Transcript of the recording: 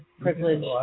Privilege